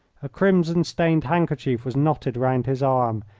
a crimson-stained handkerchief was knotted round his arm,